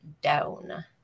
Down